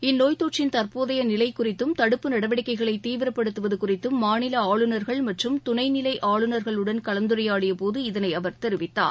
இந்நோய் தொற்றின் தற்போதைய நிலை குறித்தம் தடுப்பு நடவடிக்கைகளை தீவிரப்படுத்துவது குறித்தும் மாநில ஆளுநர்கள் மற்றும் துணைநிலை ஆளுநர்கள் உடன் கலந்துரையாடிய போது இதனை அவர் தெரிவித்தார்